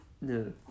no